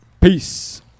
Peace